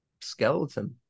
skeleton